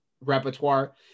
repertoire